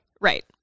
Right